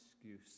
excuse